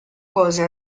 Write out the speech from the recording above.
cose